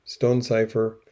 Stonecipher